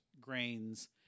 grains